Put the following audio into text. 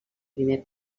primer